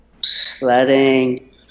sledding